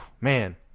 man